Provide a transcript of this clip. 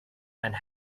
and